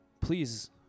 please